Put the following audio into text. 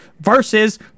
versus